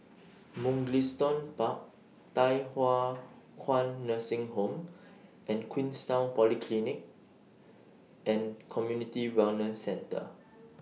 Mugliston Park Thye Hua Kwan Nursing Home and Queenstown Polyclinic and Community Wellness Centre